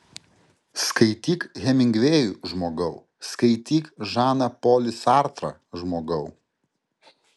skaityk hemingvėjų žmogau skaityk žaną polį sartrą žmogau